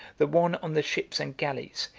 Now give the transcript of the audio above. the one on the ships and galleys,